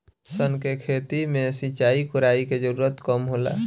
सन के खेती में सिंचाई, कोड़ाई के जरूरत कम होला